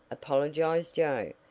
apologized joe,